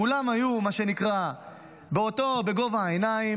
כולם היו בגובה העיניים,